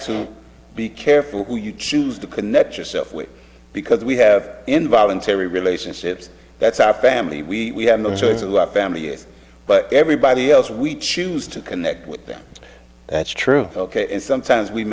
to be careful who you choose to connect your self with because we have involuntary relationships that's our family we have the choice of our family yes but everybody else we choose to connect with them that's true and sometimes we